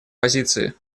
позиции